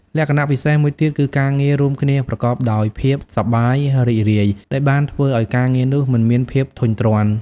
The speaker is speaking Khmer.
លក្ខណៈពិសេសមួយទៀតគឺការងាររួមគ្នាប្រកបដោយភាពសប្បាយរីករាយដែលបានធ្វើឲ្យការងារនោះមិនមានភាពធុញទ្រាន់។